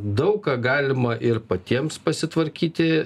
daug ką galima ir patiems pasitvarkyti